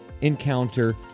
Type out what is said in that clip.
encounter